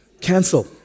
cancel